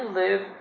live